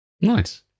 nice